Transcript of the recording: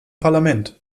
parlament